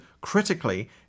critically